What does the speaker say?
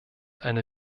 eine